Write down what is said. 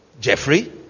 Jeffrey